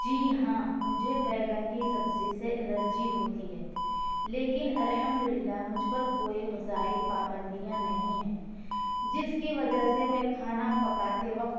جی ہاں مجھے بیگن کی سبزی سے الرجی ہوتی ہے لیکن الحمد للہ مجھ پر کوئی غذائی پابندیاں نہیں ہیں جس کی وجہ سے میں کھانا پکاتے وقت